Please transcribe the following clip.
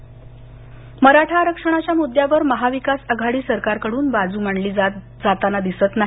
मेटे मराठा आरक्षणाच्या मृद्यावर महाविकास आघाडी सरकारकडून बाजू मांडली जाताना दिसत नाही